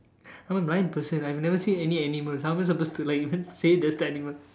I'm a blind person I've never seen any animal how am I supposed to like even say this animal